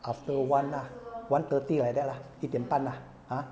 after one lah one thirty like that lah 一点半 lah ah